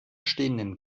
stehenden